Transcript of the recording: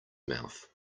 mouth